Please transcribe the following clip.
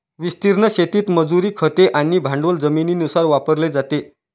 विस्तीर्ण शेतीत मजुरी, खते आणि भांडवल जमिनीनुसार वापरले जाते